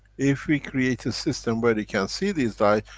if we create a system where we can see these light,